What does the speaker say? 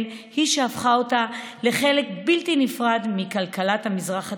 היא שהפכה אותה לחלק בלתי נפרד מכלכלת המזרח התיכון.